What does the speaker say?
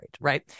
right